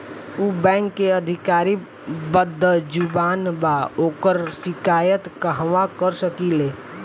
उ बैंक के अधिकारी बद्जुबान बा ओकर शिकायत कहवाँ कर सकी ले